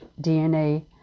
DNA